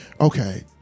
Okay